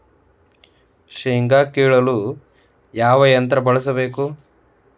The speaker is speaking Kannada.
ಶೇಂಗಾ ಕೇಳಲು ಯಾವ ಯಂತ್ರ ಬಳಸಬೇಕು?